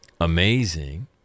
amazing